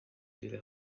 mhíle